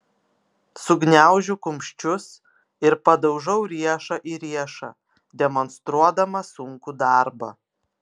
sugniaužiu kumščius ir padaužau riešą į riešą demonstruodama sunkų darbą